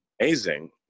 amazing